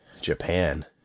Japan